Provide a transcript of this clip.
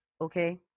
okay